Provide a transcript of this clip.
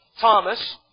Thomas